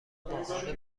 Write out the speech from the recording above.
ماهانه